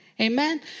Amen